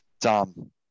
tom